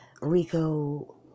Rico